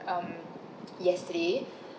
um yesterday